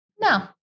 no